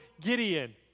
Gideon